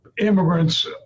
immigrants